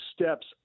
steps